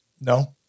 No